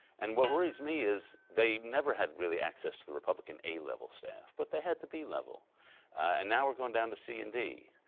and what worries me is, they never had really access to the republican a-level staff, but they had the b-level. and now we're going down to c and d.